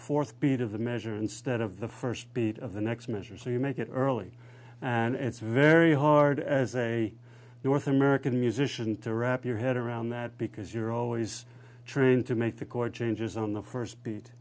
fourth beat of the measure instead of the first beat of the next measure so you make it early and it's very hard as a north american musician to wrap your head around that because you're always trying to make the chord changes on the first beat